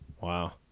Wow